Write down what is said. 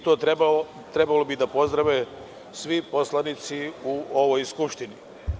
To bi trebalo da pozdrave svi poslanici u ovoj skupštini.